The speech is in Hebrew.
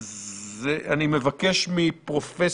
18:00. אני מבקש מפרופ'